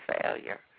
failure